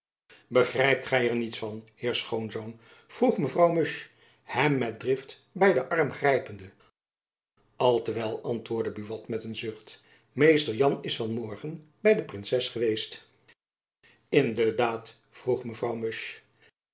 begrijpt gy er iets van heer schoonzoon vroeg mevrouw musch hem met drift by den arm grijpende al te wel antwoordde buat met een zucht mr jan is van morgen by de princes geweest in de daad vroeg